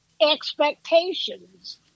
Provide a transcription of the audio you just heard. expectations